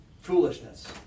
Foolishness